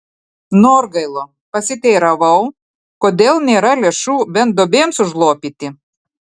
norgailo pasiteiravau kodėl nėra lėšų bent duobėms užlopyti